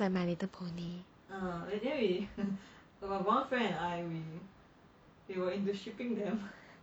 like my little pony